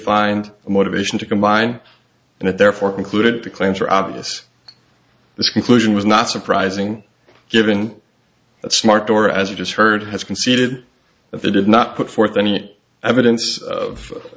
find motivation to combine and therefore concluded the claims are obvious this conclusion was not surprising given that smart or as you just heard has conceded that they did not put forth any evidence of